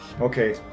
Okay